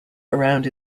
around